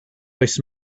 oes